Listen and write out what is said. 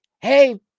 Hey